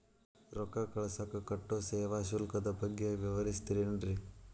ರೊಕ್ಕ ಕಳಸಾಕ್ ಕಟ್ಟೋ ಸೇವಾ ಶುಲ್ಕದ ಬಗ್ಗೆ ವಿವರಿಸ್ತಿರೇನ್ರಿ?